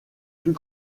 plus